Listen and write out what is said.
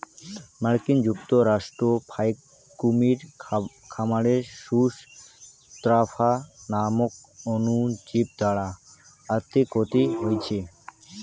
মার্কিন যুক্তরাষ্ট্রর ফাইক কুমীর খামারে সুস স্ক্রফা নামক অণুজীব দ্বারা আর্থিক ক্ষতি হইচে